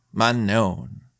unknown